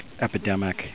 epidemic